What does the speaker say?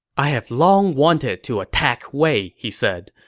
i have long wanted to attack wei, he said,